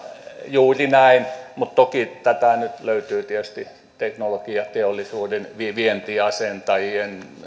juuri näin mutta toki tätä nyt löytyy tietysti teknologiateollisuuden vientiasentajien